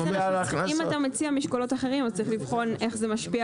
אם אתה מציע משקלות אחרים אז צריך לבחון איך זה משפיע